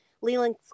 Leland